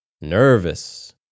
nervous